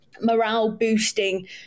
morale-boosting